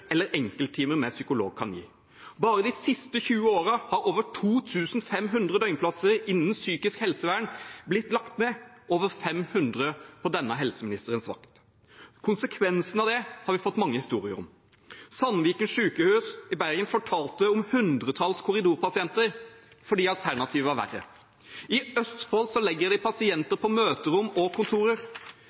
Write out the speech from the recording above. eller enkelttimer med psykolog kan gi. Bare de siste 20 årene har over 2 500 døgnplasser innen psykisk helsevern blitt lagt ned – over 500 på denne helseministerens vakt. Konsekvensen av det har vi fått mange historier om. Sandviken sykehus i Bergen fortalte om hundretalls korridorpasienter fordi alternativet var verre. I Østfold legger de pasienter på møterom og kontorer.